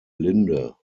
linde